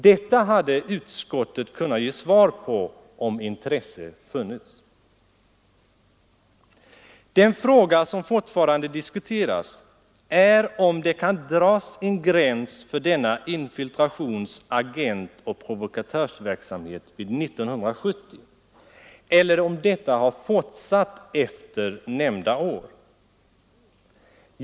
Detta hade utskottet kunnat ge svar på om intresse funnits. Den fråga som fortfarande diskuteras är om det kan dras en gräns för denna infiltrations-, agentoch provokatörsverksamhet vid 1970 eller om detta har fortsatt efter nämnda år.